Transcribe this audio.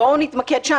בואו נתמקד בזה.